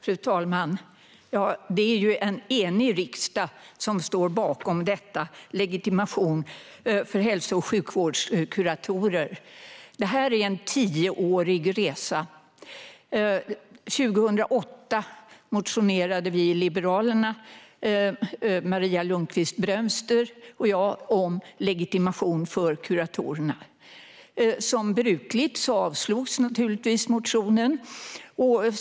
Fru talman! Det är en enig riksdag som står bakom legitimation för hälso och sjukvårdskuratorer. Detta är en tioårig resa. År 2008 motionerade vi i Liberalerna - Maria Lundqvist-Brömster och jag - om legitimation för kuratorer, men som brukligt avslogs motionen.